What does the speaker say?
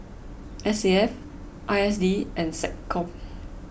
S A F I S D and SecCom